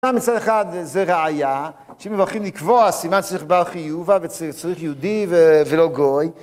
מצד אחד זה רעייה, שאם מברכים לקבוע סימן צריך בה חיובה וצריך יהודי ולא גוי.